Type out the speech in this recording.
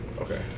Okay